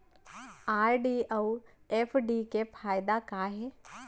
RD अऊ FD के फायेदा का हे?